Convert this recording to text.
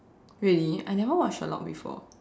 really I never watch Sherlock before